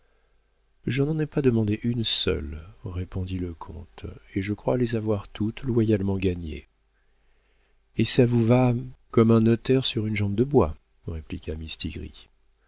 je n'en ai pas demandé une seule répondit le comte et je crois les avoir toutes loyalement gagnées et ça vous va comme un notaire sur une jambe de bois répliqua mistigris